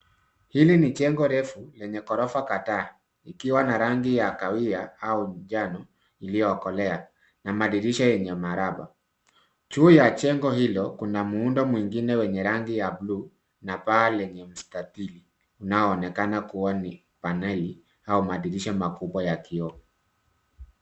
Hili ni jengo refu lenye ghorofa kadhaa, ikiwa na rangi ya kahawia au njano iliyokolea, na madirisha yenye maraba. Juu ya jengo hilo, kuna muundo mwingine wenye rangi ya blue , na paa lenye mstatili, unaonekana kua ni paneli au madirisha makubwa ya kioo.